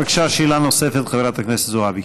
בבקשה, שאלה נוספת, חברת הכנסת זועבי.